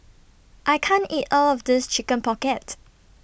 I can't eat All of This Chicken Pocket